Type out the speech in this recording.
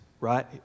right